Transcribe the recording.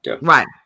right